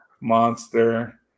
Monster